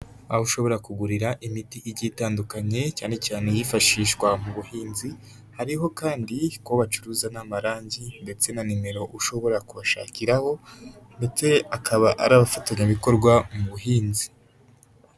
Aho ushobora kugurira imiti igiye itandukanye cyane cyane hifashishwa mu buhinzi, hariho kandi kuba bacuruza n'amarangi ndetse na nimero ushobora kubashakiraho, ndetse akaba ari abafatanyabikorwa mu buhinzi.